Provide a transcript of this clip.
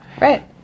Right